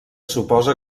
suposa